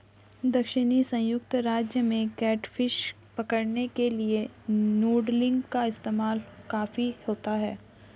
दक्षिणी संयुक्त राज्य में कैटफिश पकड़ने के लिए नूडलिंग का इस्तेमाल काफी होता है